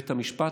בית המשפט,